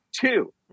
two